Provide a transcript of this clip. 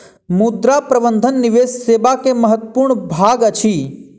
मुद्रा प्रबंधन निवेश सेवा के महत्वपूर्ण भाग अछि